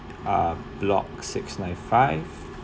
uh block six nine five